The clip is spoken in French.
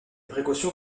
précautions